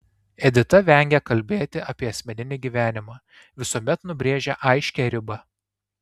edita vengia kalbėti apie asmeninį gyvenimą visuomet nubrėžia aiškią ribą